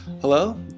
Hello